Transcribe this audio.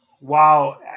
wow